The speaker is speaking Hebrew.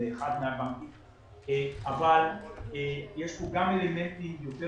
אבל יש כאן גם אלמנטים יותר